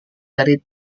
dari